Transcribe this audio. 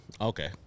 Okay